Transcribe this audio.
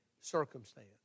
circumstance